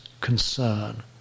concern